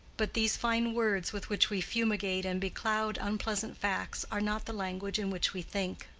but these fine words with which we fumigate and becloud unpleasant facts are not the language in which we think.